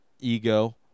ego